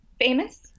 famous